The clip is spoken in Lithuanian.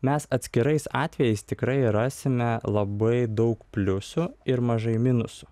mes atskirais atvejais tikrai rasime labai daug pliusų ir mažai minusų